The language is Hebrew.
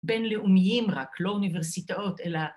‫בינלאומיים רק, לא אוניברסיטאות, ‫אלא...